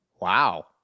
Wow